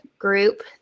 group